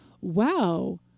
Wow